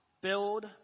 Build